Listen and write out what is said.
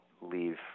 leave